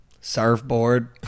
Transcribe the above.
Surfboard